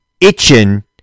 itching